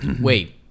Wait